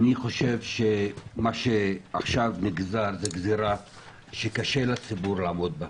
אני חושב שמה שעכשיו נגזר זה גזרה שקשה לציבור לעמוד בה.